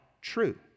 true